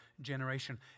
generation